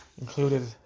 Included